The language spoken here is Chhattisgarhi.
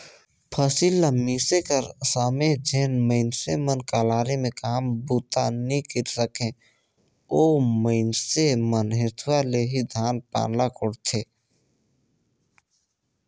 फसिल ल मिसे कर समे जेन मइनसे मन कलारी मे काम बूता नी करे सके, ओ मइनसे मन हेसुवा ले ही धान पान ल कोड़थे